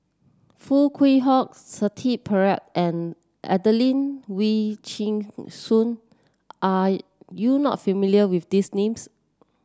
Foo Kwee Horng Shanti Pereira and Adelene Wee Chin Suan are you not familiar with these names